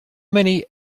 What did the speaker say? many